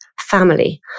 family